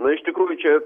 na iš tikrųjų čia